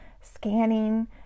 scanning